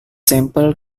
sample